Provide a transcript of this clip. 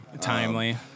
Timely